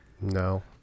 No